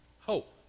hope